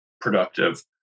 productive